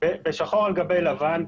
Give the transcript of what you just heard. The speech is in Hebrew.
שחור על גבי לבן,